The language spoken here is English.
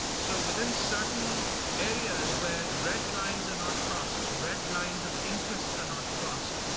so within certain areas where red lines are not crossed, red lines of interests are not crossed.